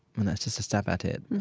and that's just a stab at it.